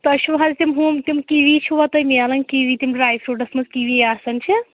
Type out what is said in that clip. تۄہہِ چھُو حظ تِم ہُم تِم کِوِی چھُوا تۄہہِ میلَن کِوِی تِم ڈرٛے فرٛوٗٹَس منٛز کِوِی آسان چھِ